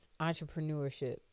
entrepreneurship